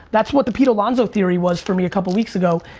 that's what the pete alonso theory was for me a couple weeks ago.